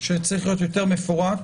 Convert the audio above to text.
שצריך להיות יותר מפורט.